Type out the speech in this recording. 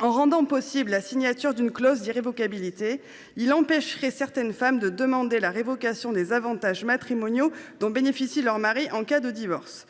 En rendant possible la signature d’une clause d’irrévocabilité, celui ci empêcherait certaines femmes de demander la révocation des avantages matrimoniaux dont bénéficie leur mari en cas de divorce.